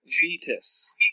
Vetus